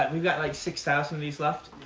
we've got, like, six thousand of these left?